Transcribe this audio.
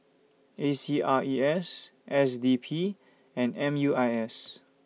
A C R E S S D P and M U I S